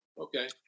Okay